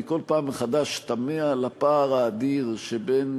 אני כל פעם מחדש תמה על הפער האדיר שבין